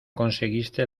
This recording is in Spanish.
conseguiste